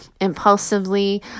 impulsively